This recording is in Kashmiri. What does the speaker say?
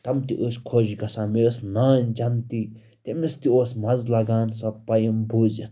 تِم تہِ ٲسۍ خوش گژھان مےٚ ٲس نانۍ جَنتی تٔمِس تہِ اوس مَزٕ لَگان سۄ پایِم بوٗزِتھ